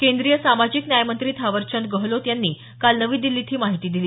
केंद्रीय सामाजिक न्याय मंत्री थावरचंद गहलोत यांनी काल नवी दिल्लीत ही माहिती दिली